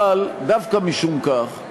אבל דווקא משום כך,